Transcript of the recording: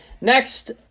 next